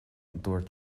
dúirt